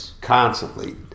constantly